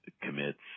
commits